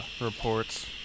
reports